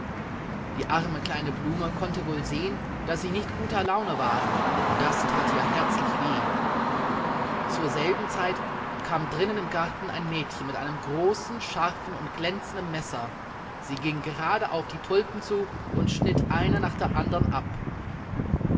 die arme kleine blume konnte wohl sehen daß sie nicht guter laune waren und das that ihr herzlich weh zur selben zeit kam drinnen im garten ein mädchen mit einem großen scharfen und glänzenden messer sie ging gerade auf die tulpen zu und schnitt eine nach der andern ab